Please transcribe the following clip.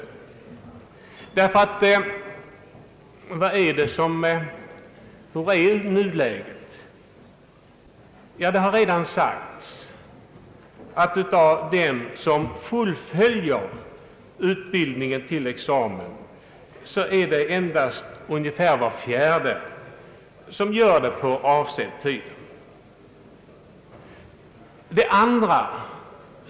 Hur är situationen i nuläget? Det har redan sagts att av dem som fullföljer sin utbildning till examen är det endast ungefär var fjärde som gör det på avsedd tid.